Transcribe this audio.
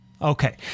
Okay